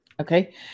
Okay